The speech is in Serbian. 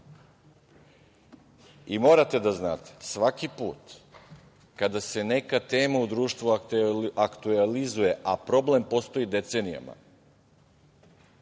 da znate svaki put kada se neka tema u društvu aktuelizuje, a problem postoji decenijama,